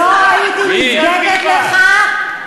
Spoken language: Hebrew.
לא הייתי נזקקת לכך,